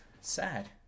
sad